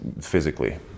physically